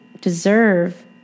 deserve